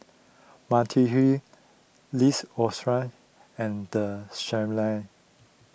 Mediheal and the Shilla